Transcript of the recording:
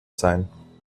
sein